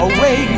Away